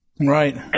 Right